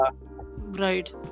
Right